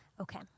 Okay